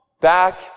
back